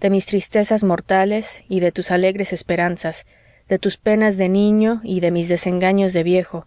de mis tristezas mortales y de tus alegres esperanzas de tus penas de niño y de mis desengaños de viejo